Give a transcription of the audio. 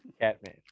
Catman